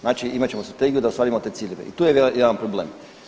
Znači imat ćemo strategiju da ostvarimo te ciljeve i tu je jedan problem.